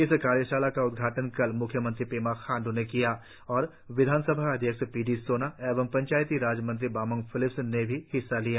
इस कार्यशाला का उद्घाटन कल म्ख्यमंत्री पेमा खांड् ने किया और विधान सभा अध्यक्ष पी डी सोना एवं पंचायती राज मंत्री बामांग फैलिक्स ने भी हिस्सा लिया